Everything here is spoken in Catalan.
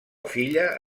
filla